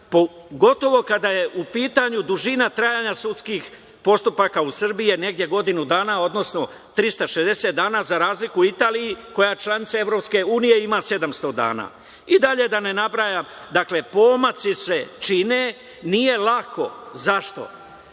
pogotovo kada je u pitanju dužina trajanja sudskih postupaka u Srbiji, negde godinu dana, odnosno 360 dana , za razliku od Italije, koja je članica EU i ima 700 dana. I dalje da ne nabrajam, pomaci se čine, nije lako zašto,